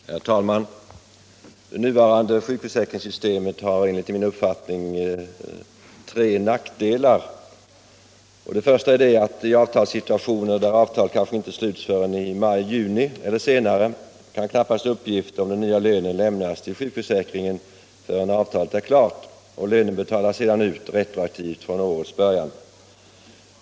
Herr talman! Det nuvarande sjukförsäkringssystemet har enligt min uppfattning tre nackdelar: 1. I avtalssituationer där avtal kanske inte sluts förrän i maj-juni eller senare kan knappast uppgift om den nya lönen lämnas till sjukförsäkringen förrän avtalet är klart. Lönen betalas sedan ut retroaktivt från årets början.